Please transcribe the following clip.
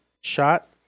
shot